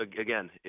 again